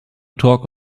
talk